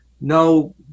no